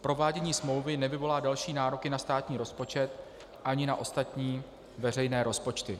Provádění smlouvy nevyvolá další nároky na státní rozpočet ani na ostatní veřejné rozpočty.